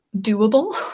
doable